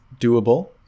doable